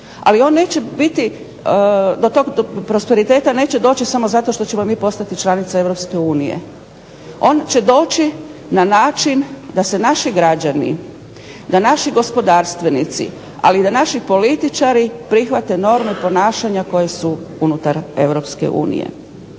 Ali on neće biti, do tog prosperiteta neće doći samo zato što ćemo mi postati članica EU. On će doći na način da se naši građani, da naši gospodarstvenici, ali i da naši političari prihvate norme ponašanja koje su unutar EU.